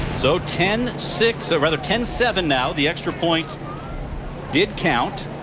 so, ten six rather, ten seven now. the extra point did count.